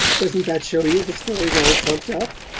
doesn't that show you the story's all trumped up?